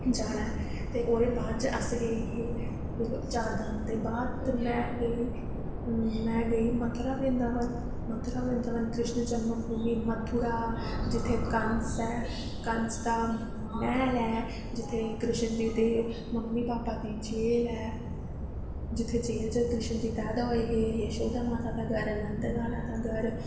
जाना ऐ ते उस दे बाद अस गे हे चार धाम दे बाद में गेई ही मथुरा वृंदावन कृष्ण जन्म भूमी मथूरा उत्थें कंस ऐ कंस दा मैह्ल ऐ जित्थें कृष्ण जी दे मम्मी भापा दी जेल ऐ जित्थें कृष्ण जी पैदा होए हे यशोदा माता दा घर नन्द लाला दा घर